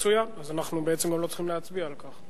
אז אנחנו לא צריכים להצביע על כך.